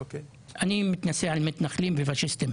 אפרופו הצעת החוק הזאת, אני רוצה להפנות שאלה.